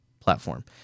platform